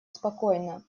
спокойно